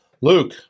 Luke